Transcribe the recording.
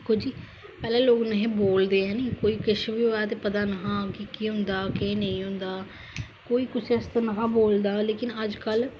दिक्खो जी पहले लोक नेई हे बोलदे है नी कोई किश वी होऐ ते पता नेई हा कि के्ह होंदा के नेई होंदा कोई कुसै आस्तै नेईं हा बोलदा लेकिन अजकल